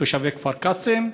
תושבי כפר קאסם,